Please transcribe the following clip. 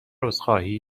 عذرخواهی